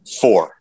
four